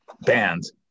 banned